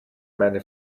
meine